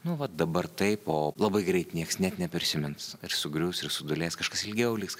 nu va dabar tai o labai greit niekas net neprisimins ir sugrius ir sudūlės kažkas ilgiau liks